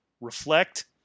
reflect